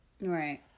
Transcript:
Right